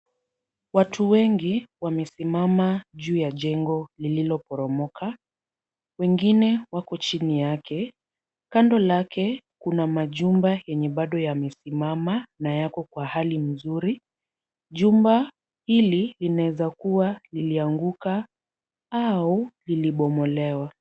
Watu wengi wamesimama juu ya jengo lililoporomoka, wengine wako chini yake, kando lake, kuna majumba yenye bado yamesimama na yapo kwa hali mzuri, juma, hili inaanza kuwa lilianguka, au liligomolewa.